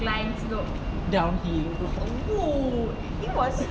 downhill !woo!